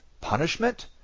punishment